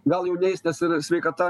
gal jau neis nes ir sveikata